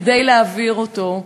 כדי להעביר אותו,